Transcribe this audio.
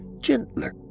gentler